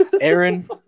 Aaron